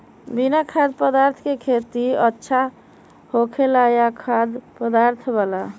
बिना खाद्य पदार्थ के खेती अच्छा होखेला या खाद्य पदार्थ वाला?